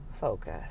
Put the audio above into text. focus